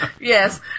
Yes